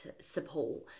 support